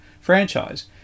franchise